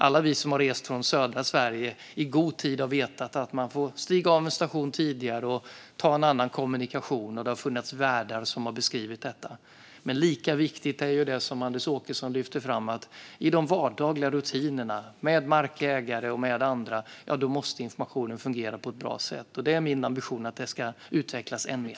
Alla vi som har rest från södra Sverige har i god tid vetat att man får stiga av en station tidigare och ta en annan kommunikation, och det har funnits värdar som har beskrivit detta. Lika viktigt är det som Anders Åkesson lyfter fram. I de vardagliga rutinerna med markägare och andra måste informationen fungera på ett bra sätt. Det är min ambition att det ska utvecklas än mer.